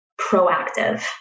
proactive